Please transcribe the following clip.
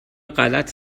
غلط